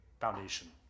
foundation